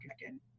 again